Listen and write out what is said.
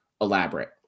Elaborate